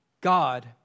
God